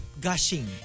gushing